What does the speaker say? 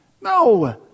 No